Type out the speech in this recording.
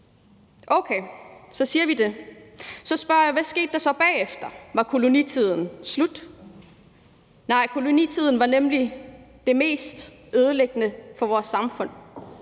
Okay, så siger vi det. Så spørger jeg så: Hvad skete der så bagefter? Var kolonitiden slut? Nej, kolonitiden var nemlig det mest ødelæggende for vores samfund